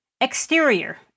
Exterior